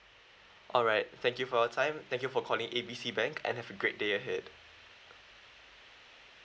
alright thank you for your time thank you for calling A B C bank and have a great day ahead